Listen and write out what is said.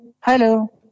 Hello